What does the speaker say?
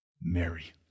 Mary